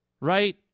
Right